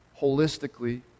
holistically